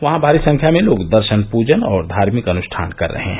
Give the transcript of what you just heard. वहां भारी संख्या में लोग दर्षन पूजन और धार्मिक अनुश्ठान कर रहे हैं